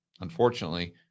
unfortunately